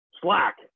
Slack